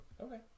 Okay